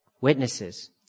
Witnesses